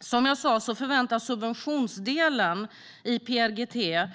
Som jag sa förväntas subventionsdelen i PRGT